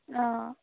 অঁ